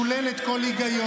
ההחלטה הזו משוללת כל היגיון,